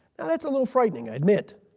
that's a little frightening i admit.